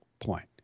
point